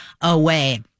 away